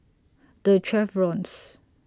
The Chevrons